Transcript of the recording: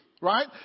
Right